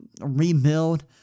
rebuild